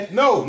no